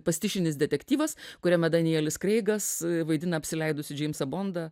pastišinis detektyvas kuriame danielis kreigas vaidina apsileidusį džeimsą bondą